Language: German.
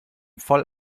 voll